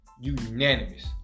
unanimous